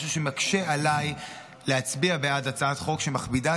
משהו שמקשה עליי להצביע בעד הצעת חוק שמכבידה